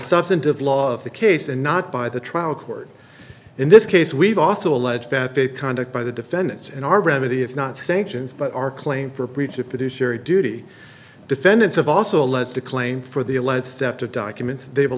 substantive law of the case and not by the trial court in this case we've also alleged that they conduct by the defendants in our remedy if not sanctions but our claim for breach of fiduciary duty defendants have also led to claim for the alleged theft of documents they've